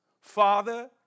Father